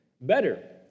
better